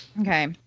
Okay